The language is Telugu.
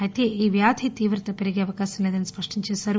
అయితే ఈ వ్యాధి తీవ్రత పెరిగే అవకాశం లేదని ఆయన స్పష్టం చేశారు